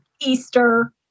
Easter